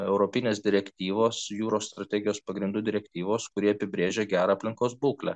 europinės direktyvos jūros strategijos pagrindų direktyvos kuri apibrėžia gerą aplinkos būklę